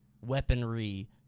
weaponry